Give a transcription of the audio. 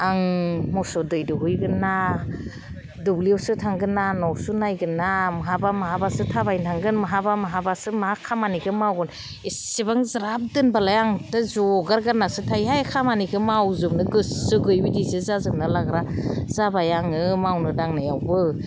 आं मोसौ दै दौहैगोनना दुब्लियावसो थांगोनना ना न'सो नायगोनना बहाबा बहाबासो थाबाय हैनांगोन बहाबा बहाबासो मा खामानिखौ मावगोन एसेबां ज्राब दोनबालाय आंथ' जगार गारनासो थायोहाय खामानिखौ मावजोबनो गोसो गैयैबायदिसो जाजोबना लाग्रा जाबाय आङो मावनो दांनायावबो